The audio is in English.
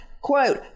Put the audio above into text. quote